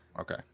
okay